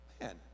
man